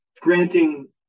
granting